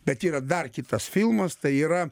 bet yra dar kitas filmas tai yra